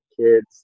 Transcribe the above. kids